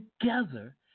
Together